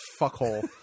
Fuckhole